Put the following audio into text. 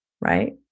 right